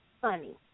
funny